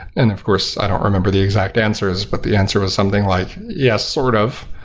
and of course, i don't remember the exact answers, but the answer was something like, yes, sort of.